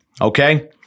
okay